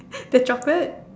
the chocolate